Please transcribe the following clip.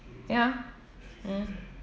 ya mm